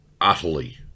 utterly